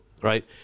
right